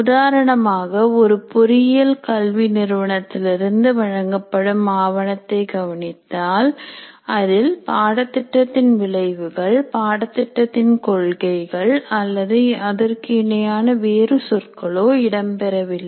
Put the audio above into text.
உதாரணமாக ஒரு பொறியியல் கல்வி நிறுவனத்திலிருந்து வழங்கப்படும் ஆவணத்தை கவனித்தால் அதில் பாடத்திட்டத்தின் விளைவுகள் பாடத்திட்டத்தின் கொள்கைகள் அல்லது அதற்கு இணையான வேறு சொற்களோ இடம்பெறவில்லை